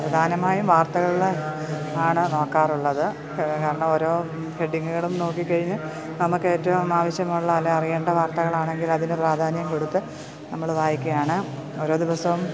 പ്രധാനമായും വാർത്തകളിലെ ആണ് നോക്കാറുള്ളത് കാരണം ഓരോ ഹെഡിങ്ങുകളും നോക്കി കഴിഞ്ഞ് നമുക്ക് ഏറ്റവും ആവശ്യമുള്ള അല്ലെങ്കിൽ അറിയണ്ട വാർത്തകളാണെങ്കിലും അതിന് പ്രാധാന്യം കൊടുത്ത് നമ്മള് വായിക്കാണ് ഓരോ ദിവസവും